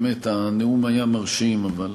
הנאום היה באמת מרשים, אבל